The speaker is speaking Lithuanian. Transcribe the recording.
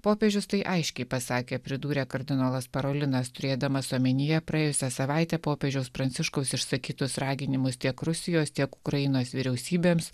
popiežius tai aiškiai pasakė pridūrė kardinolas parolinas turėdamas omenyje praėjusią savaitę popiežiaus pranciškaus išsakytus raginimus tiek rusijos tiek ukrainos vyriausybėms